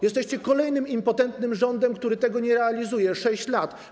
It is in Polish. Jesteście kolejnym impotentnym rządem, który tego nie realizuje przez 6 lat.